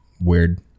weird